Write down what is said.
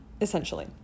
essentially